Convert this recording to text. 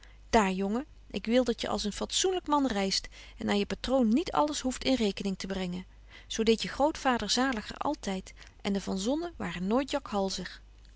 jongen ik wil dat je als een fatsoenlyk man reist en aan je patroon niet alles hoeft in rekening te brengen zo deedt je grootvader zaliger altyd en de van zonnen waren nooit